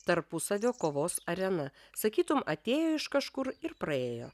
tarpusavio kovos arena sakytum atėjo iš kažkur ir praėjo